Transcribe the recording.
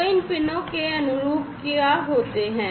तो इन पिनों के अनुरूप क्या होते हैं